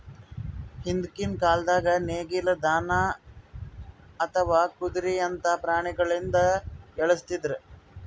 ಹಿಂದ್ಕಿನ್ ಕಾಲ್ದಾಗ ನೇಗಿಲ್, ದನಾ ಅಥವಾ ಕುದ್ರಿಯಂತಾ ಪ್ರಾಣಿಗೊಳಿಂದ ಎಳಸ್ತಿದ್ರು